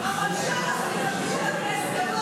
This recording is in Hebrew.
תתביישו לכם.